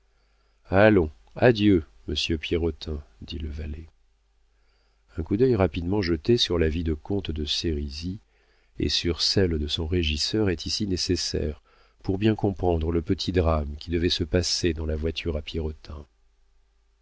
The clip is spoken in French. allons adieu monsieur pierrotin dit le valet un coup d'œil rapidement jeté sur la vie du comte de sérisy et sur celle de son régisseur est ici nécessaire pour bien comprendre le petit drame qui devait se passer dans la voiture